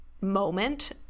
moment